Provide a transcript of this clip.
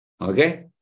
Okay